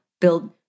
build